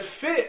fit